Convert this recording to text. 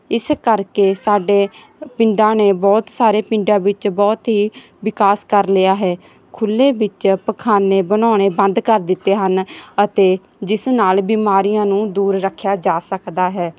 ਇਸ ਕਰਕੇ ਸਾਡੇ ਪਿੰਡਾਂ ਨੇ ਬਹੁਤ ਸਾਰੇ ਪਿੰਡਾਂ ਵਿੱਚ ਬਹੁਤ ਹੀ ਵਿਕਾਸ ਕਰ ਲਿਆ ਹੈ ਖੁੱਲ੍ਹੇ ਵਿੱਚ ਪਖਾਨੇ ਬਣਾਉਣੇ ਬੰਦ ਕਰ ਦਿੱਤੇ ਹਨ ਅਤੇ ਜਿਸ ਨਾਲ ਬਿਮਾਰੀਆਂ ਨੂੰ ਦੂਰ ਰੱਖਿਆ ਜਾ ਸਕਦਾ ਹੈ